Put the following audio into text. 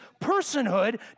personhood